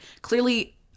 clearly